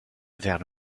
vers